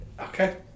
Okay